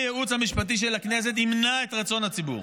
עמדות פוליטיות.